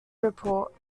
report